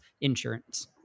insurance